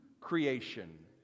creation